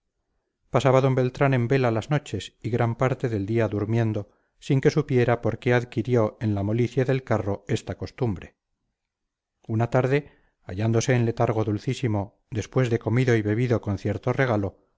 pasaba d beltrán en vela las noches y gran parte del día durmiendo sin que supiera por qué adquirió en la molicie del carro esta costumbre una tarde hallándose en letargo dulcísimo después de comido y bebido con cierto regalo